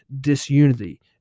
disunity